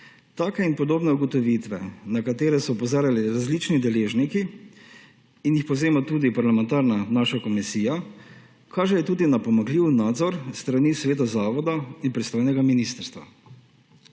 Take in podobne ugotovitve, na katere so opozarjali različni deležniki in jih povzema tudi naša parlamentarna komisija, kažejo tudi na pomanjkljiv nadzor s strani zavoda in pristojnega ministrstva.